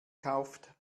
kauft